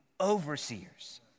overseers